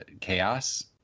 chaos